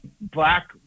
black